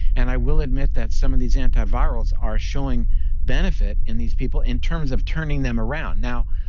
and i will admit that some of these antivirals are showing benefit in these people in terms of turning them around. now,